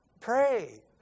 Pray